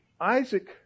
Isaac